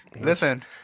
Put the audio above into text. listen